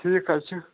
ٹھیٖک حظ چھُ